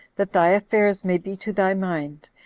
that thy affairs may be to thy mind,